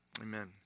amen